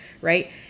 Right